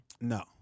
No